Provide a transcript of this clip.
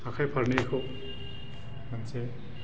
आखाइ फारनैखौ मोनसे